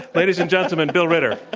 ladies and gentlemen, bill ritter.